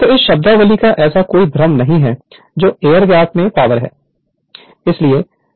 तो इस शब्दावली का ऐसा कोई भ्रम नहीं है जो एयर गैप में पावर है